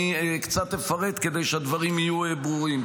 אני קצת אפרט, כדי שהדברים יהיו ברורים.